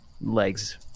legs